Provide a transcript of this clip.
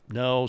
no